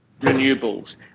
renewables